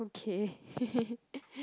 okay